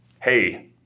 Hey